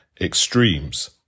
extremes